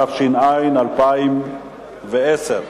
התש"ע 2010,